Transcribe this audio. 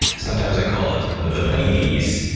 sometimes i call it the betes,